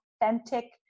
authentic